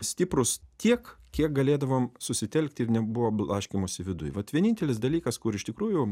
stiprūs tiek kiek galėdavom susitelkti ir nebuvo blaškymosi viduj vat vienintelis dalykas kur iš tikrųjų